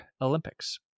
olympics